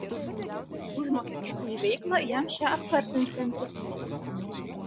užmokestis už veiklą jam šią apkartinsiantis